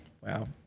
wow